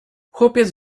chłopiec